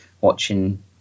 watching